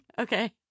Okay